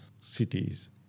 cities